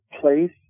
place